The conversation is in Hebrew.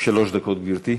שלוש דקות, גברתי.